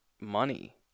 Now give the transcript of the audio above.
money